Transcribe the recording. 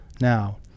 now